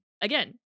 Again